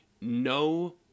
No